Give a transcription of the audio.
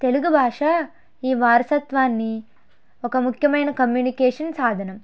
తెలుగు భాష ఈ వారసత్వాన్ని ఒక ముఖ్యమైన కమ్యూనికేషన్ సాధనం